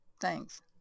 thanks